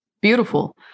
Beautiful